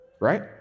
Right